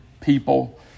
people